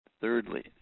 Thirdly